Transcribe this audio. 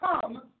come